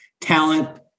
talent